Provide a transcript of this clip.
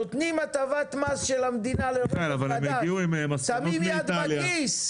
נותנים הטבת מס של המדינה לרכב חדש, שמים יד בכיס.